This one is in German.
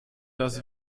das